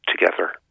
together